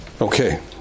Okay